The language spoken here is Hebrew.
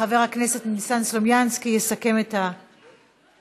חבר הכנסת ניסן סלומינסקי יסכם את הדיון.